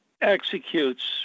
executes